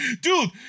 Dude